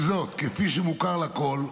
עם זאת, כפי שמוכר לכול,